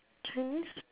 chinese